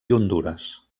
hondures